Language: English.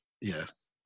Yes